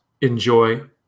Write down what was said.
enjoy